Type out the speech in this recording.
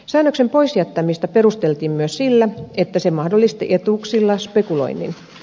säännöksen pois jättämistä perusteltiin myös sillä että se mahdollisti etuuksilla spekuloinnin